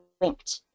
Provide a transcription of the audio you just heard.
linked